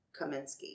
Kaminsky